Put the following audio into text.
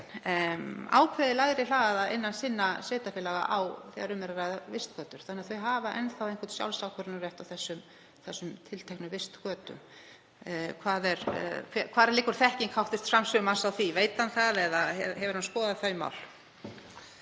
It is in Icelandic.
ákveðið lægri hraða innan sinna sveitarfélaga þegar um er að ræða vistgötur, þannig að þau hafi enn einhvern sjálfsákvörðunarrétt á þessum tilteknu vistgötum? Hvar liggur þekking hv. framsögumanns á því? Veit hann það eða hefur hann skoðað þau mál?